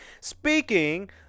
speaking